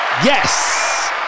Yes